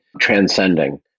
transcending